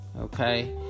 Okay